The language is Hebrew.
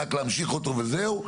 רק להמשיך אותו וזהו?